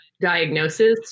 diagnosis